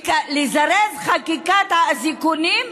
לזרז את חקיקת האזיקונים,